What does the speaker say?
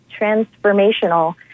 transformational